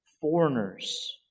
foreigners